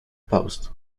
post